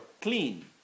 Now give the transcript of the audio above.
clean